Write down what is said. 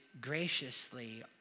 graciously